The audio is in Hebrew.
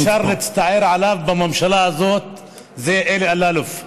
שאפשר להצטער עליו בממשלה הזאת זה אלי אלאלוף.